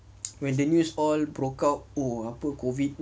when the news all broke out oh apa COVID